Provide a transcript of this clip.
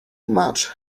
much